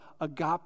agape